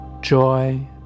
joy